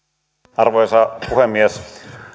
arvoisa puhemies